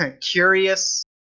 Curious